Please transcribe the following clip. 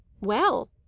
Well